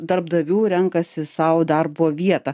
darbdavių renkasi sau darbo vietą